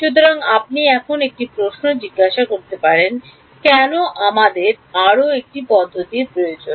সুতরাং আপনি এখন একটি প্রশ্ন জিজ্ঞাসা করতে পারেন কেন আমাদের আরও একটি পদ্ধতি প্রয়োজন